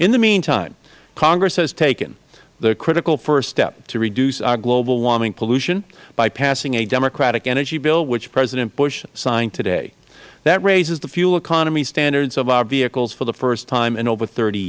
in the meantime congress has taken the critical first step to reduce our global warming pollution by passing a democratic energy bill which president bush signed today that raises the fuel economy standards of our vehicles for the first time in over thirty